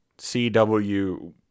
CW